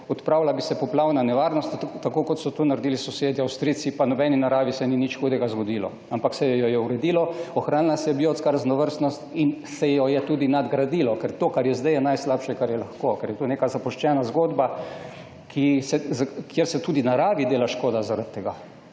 Odpravila bi se poplavna nevarnost, tako kot so to naredili sosedje Avstrijci pa nobeni naravi se ni nič hudega zgodilo, ampak se jo je uredilo. Ohranila se je biotska raznovrstnost, ki se je tudi nadgradila. To, kar je sedaj, je najslabše, kar je lahko, ker je to neka zapuščena zgodba, kjer se tudi naravi dela škoda. In to